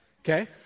Okay